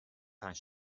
پنج